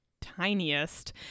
tiniest